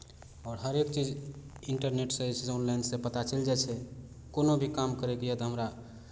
आओर हरेक चीज इन्टरनेटसँ जे छै से ऑनलाइनसँ पता चलि जाइ छै कोनो भी काम करयके यए तऽ हमरा